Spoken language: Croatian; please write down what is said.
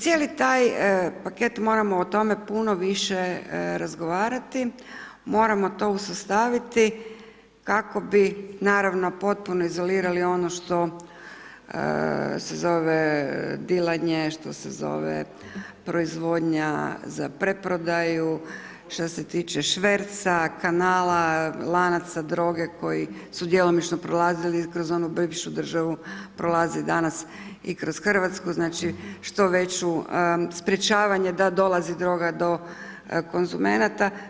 Cijeli taj paket moramo o tome puno više razgovarali, moramo to usustaviti kako bi naravno potpuno izolirali ono što se zove dilanje, što se zove proizvodnja za preprodaju, što se tiče šverca, kanala, lanaca droge koji su djelomično prolazili kroz onu bivšu državu, prolaze danas i kroz Hrvatsku, znači što veću, sprječavanje da dolazi droga do konzumenata.